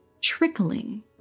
trickling